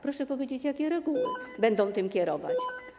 Proszę powiedzieć: Jakie reguły będą tym kierować?